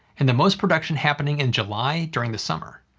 and the most production happening in july during the summer.